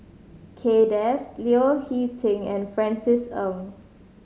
Kay Das Leo Hee Ting and Francis Ng